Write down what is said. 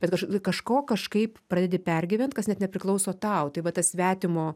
bet kaž kažko kažkaip pradedi pergyvent kas net nepriklauso tau tai va tas svetimo